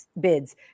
bids